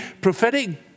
prophetic